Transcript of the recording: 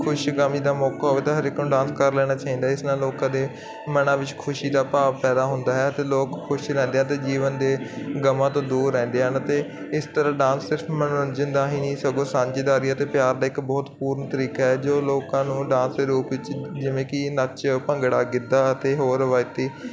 ਖੁਸ਼ੀ ਗਮੀ ਦਾ ਮੌਕਾ ਹੋਵੇ ਤਾਂ ਹਰ ਇੱਕ ਨੂੰ ਡਾਂਸ ਕਰ ਲੈਣਾ ਚਾਹੀਦਾ ਹੈ ਇਸ ਨਾਲ ਲੋਕਾਂ ਦੇ ਮਨਾਂ ਵਿੱਚ ਖੁਸ਼ੀ ਦਾ ਭਾਵ ਪੈਦਾ ਹੁੰਦਾ ਹੈ ਅਤੇ ਲੋਕ ਖੁਸ਼ ਰਹਿੰਦੇ ਆ ਅਤੇ ਜੀਵਨ ਦੇ ਗਮਾਂ ਤੋਂ ਦੂਰ ਰਹਿੰਦੇ ਹਨ ਅਤੇ ਇਸ ਤਰ੍ਹਾਂ ਡਾਂਸ ਸਿਰਫ ਮਨੋਰੰਜਨ ਦਾ ਹੀ ਨਹੀਂ ਸਗੋਂ ਸਾਂਝੇਦਾਰੀ ਅਤੇ ਪਿਆਰ ਦਾ ਇੱਕ ਬਹੁਤ ਪੂਰਨ ਤਰੀਕਾ ਹੈ ਜੋ ਲੋਕਾਂ ਨੂੰ ਡਾਂਸ ਦੇ ਰੂਪ ਵਿੱਚ ਜਿਵੇਂ ਕਿ ਨੱਚ ਭੰਗੜਾ ਗਿੱਧਾ ਅਤੇ ਹੋਰ ਰਵਾਇਤੀ